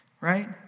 right